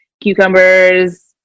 cucumbers